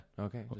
Okay